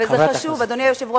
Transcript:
חברת הכנסת.